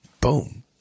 boom